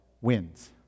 wins